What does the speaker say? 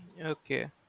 Okay